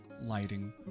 lighting